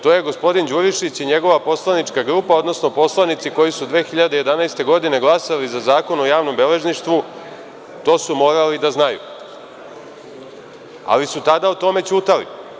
To su gospodin Đurišić i njegova poslanička grupa, odnosno poslanici koji su 2011. godine glasali za Zakon o javnom beležništvu, morali da znaju, ali su tada o tome ćutali.